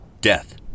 Death